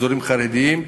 אזורים חרדיים,